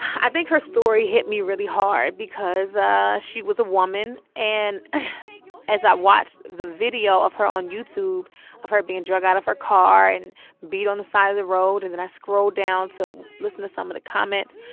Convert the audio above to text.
i think her story hit me really hard because ah she was a woman. and as i watched the video of her on youtube of her being drug out of her car and beat on the side of the road and then i scrolled down to so listen to some of the comments,